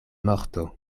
morto